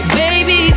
baby